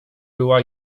była